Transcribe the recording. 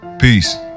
Peace